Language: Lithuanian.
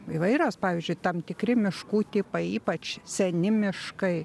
įvairios pavyzdžiui tam tikri miškų tipai ypač seni miškai